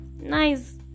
nice